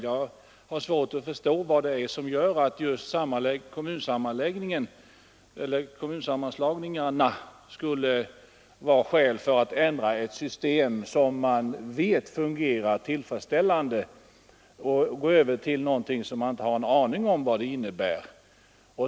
Jag har svårt att förstå varför just dessa skulle vara skäl för att ändra ett system som vi vet fungerar tillfredsställande och gå över till någonting som vi inte har en aning om vad det innebär.